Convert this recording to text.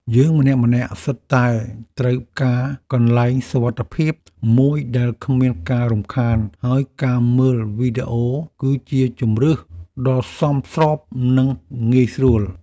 យើងម្នាក់ៗសុទ្ធតែត្រូវការកន្លែងសុវត្ថិភាពមួយដែលគ្មានការរំខានហើយការមើលវីដេអូគឺជាជម្រើសដ៏សមស្របនិងងាយស្រួល។